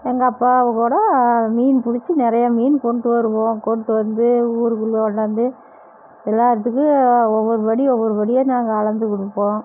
எங்கள் அப்பாக்கூட மீன் புடிச்சு நிறையா மீன் கொண்டு வருவோம் கொண்டு வந்து ஊருக்குள்ளே கொண்டாந்து எல்லார்த்துக்கும் ஒவ்வொரு படி ஒவ்வொரு படியாக நாங்கள் அளந்து கொடுப்போம்